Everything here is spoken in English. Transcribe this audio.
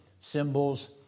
symbols